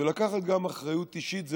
ולקחת גם אחריות אישית.